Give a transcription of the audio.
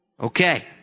Okay